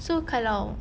so kalau